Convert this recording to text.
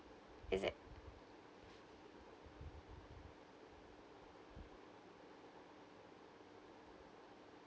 is it